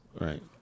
Right